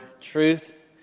truth